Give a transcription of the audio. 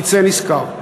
יצא נשכר.